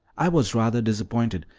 i was rather disappointed,